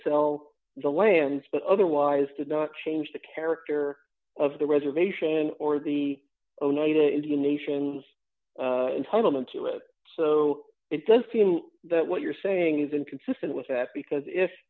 sell the lands but otherwise did not change the character of the reservation or the oneida indian nations and huddled into it so it doesn't seem that what you're saying is inconsistent with that because if